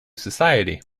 society